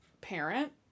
parent